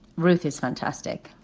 ruth is fantastic.